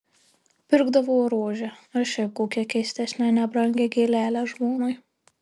pirkdavo rožę ar šiaip kokią keistesnę nebrangią gėlelę žmonai